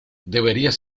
deberías